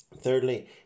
Thirdly